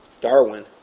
Darwin